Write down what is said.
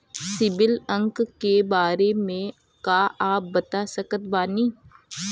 CIBIL अंक के बारे मे का आप बता सकत बानी?